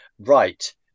right